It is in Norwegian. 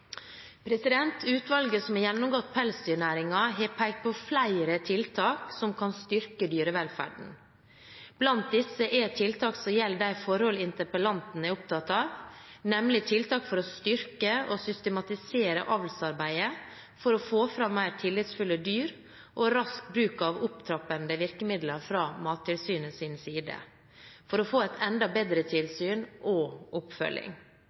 Utvalget som har gjennomgått pelsdyrnæringen, har pekt på flere tiltak som kan styrke dyrevelferden. Blant disse er tiltak som gjelder de forhold interpellanten er opptatt av, nemlig tiltak for å styrke og systematisere avlsarbeidet for å få fram mer tillitsfulle dyr og rask bruk av opptrappende virkemidler fra Mattilsynets side for å få enda bedre tilsyn og oppfølging.